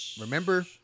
Remember